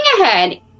ahead